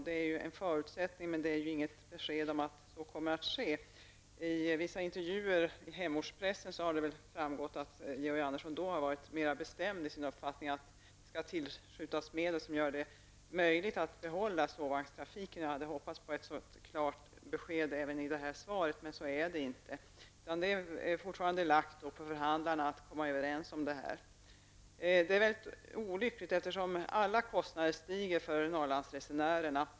Det är ju en förutsättning, men det är ju inget besked om att så kommer att ske. I vissa intervjuer i hemortspressen har Georg Andersson varit mer bestämd i sin uppfattning att det skall tillskjutas medel som gör det möjligt att behålla sovvagnstrafiken. Jag hade hoppats på ett sådant klart besked även i det här svaret, men så blev det inte. Det är fortfarande förhandlarna som skall komma överens om det här. Det är mycket olyckligt, eftersom alla kostnader stiger för Norrlandsresenärerna.